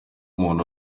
umuntu